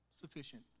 sufficient